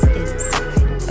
inside